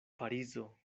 parizo